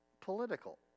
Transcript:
political